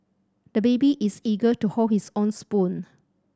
the baby is eager to hold his own spoon